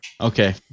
Okay